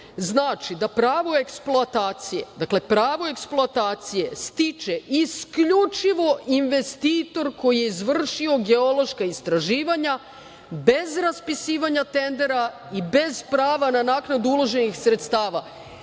dakle, pravo eksploatacije stiče isključivo investitor koji je izvršio geološka istraživanja bez raspisivanja tendera i bez prava na naknadu uloženih sredstava“.